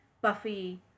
Buffy